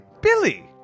Billy